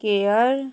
care